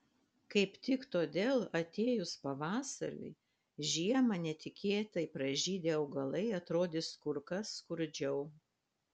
kaip tik todėl atėjus pavasariui žiemą netikėtai pražydę augalai atrodys kur kas skurdžiau